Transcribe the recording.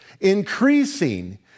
increasing